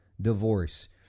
divorce